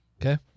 Okay